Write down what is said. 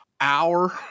hour